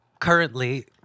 Currently